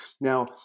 Now